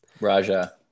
Raja